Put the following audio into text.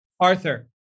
Arthur